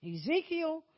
Ezekiel